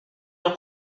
d’un